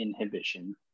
inhibition